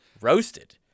roasted